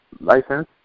license